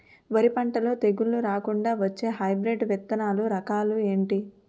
వరి పంటలో తెగుళ్లు రాకుండ వచ్చే హైబ్రిడ్ విత్తనాలు రకాలు ఏంటి?